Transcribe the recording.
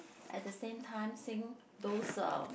at the same time sing those uh